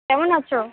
কেমন আছো